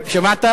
זה דרגה פחות.